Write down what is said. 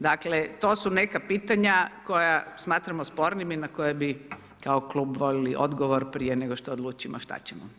Dakle, to su neka pitanja, koja smatramo spornim i na koje bi kao klub voljeli odgovor, prije nego što odlučimo što ćemo.